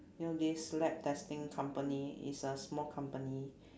you know this lab testing company is a small company